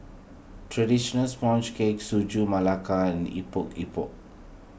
Traditional Sponge Cake Sagu Melaka and Epok Epok